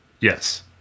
Yes